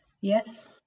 Yes